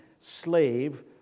slave